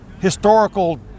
historical